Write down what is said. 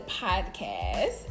Podcast